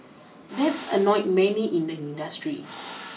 that's annoyed many in the industry